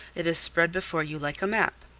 it is spread before you like a map.